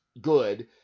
good